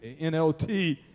NLT